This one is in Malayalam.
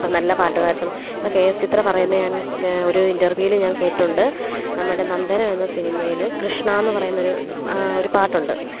ഇപ്പം നല്ല പാട്ടുകാരെ സം ഇപ്പം കെ എസ് ചിത്ര പറയുന്നത് ഞാൻ ഒരു ഇന്റർവ്യൂവിൽ ഞാൻ കേട്ടിട്ടുണ്ട് നമ്മുടെ നന്ദനം എന്ന സിനിമേൽ കൃഷ്ണാ എന്ന് പറയുന്നൊരു ഒരു പാട്ടുണ്ട്